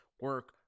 Work